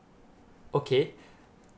okay